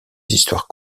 histoires